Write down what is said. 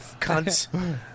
cunts